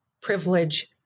privilege